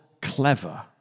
clever